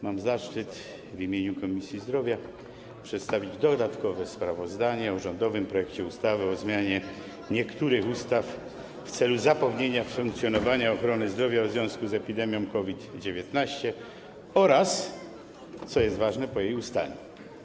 Mam zaszczyt w imieniu Komisji Zdrowia przedstawić dodatkowe sprawozdanie o rządowym projekcie ustawy o zmianie niektórych ustaw w celu zapewnienia funkcjonowania ochrony zdrowia w związku z epidemią COVID-19 oraz, co jest ważne, po jej ustaniu.